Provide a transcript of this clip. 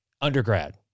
Undergrad